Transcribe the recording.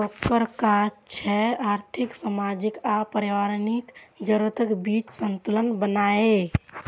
ओकर काज छै आर्थिक, सामाजिक आ पर्यावरणीय जरूरतक बीच संतुलन बनेनाय